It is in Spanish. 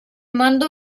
mando